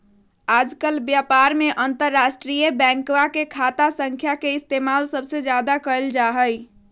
आजकल व्यापार में अंतर्राष्ट्रीय बैंकवा के खाता संख्या के इस्तेमाल सबसे ज्यादा कइल जाहई